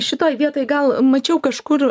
šitoj vietoj gal mačiau kažkur